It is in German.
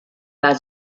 war